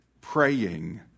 praying